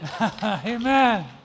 Amen